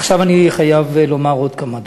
עכשיו אני חייב לומר עוד כמה דברים.